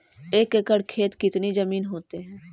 एक एकड़ खेत कितनी जमीन होते हैं?